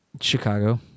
Chicago